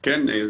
כן,